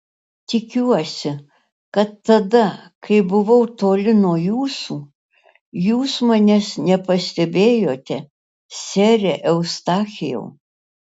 tikiuosi kad tada kai buvau toli nuo jūsų jūs manęs nepastebėjote sere eustachijau